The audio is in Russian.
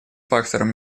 фактором